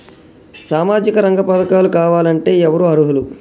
సామాజిక రంగ పథకాలు కావాలంటే ఎవరు అర్హులు?